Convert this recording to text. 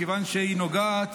מכיוון שהיא נוגעת